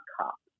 cops